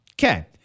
Okay